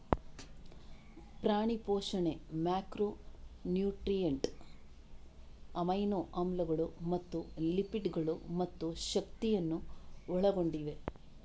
ಪ್ರಾಣಿ ಪೋಷಣೆ macro nutrient, amino ಆಮ್ಲಗಳು ಮತ್ತು ಲಿಪಿಡ್ ಗಳು ಮತ್ತು ಶಕ್ತಿಯನ್ನು ಒಳಗೊಂಡಿವೆ